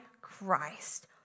Christ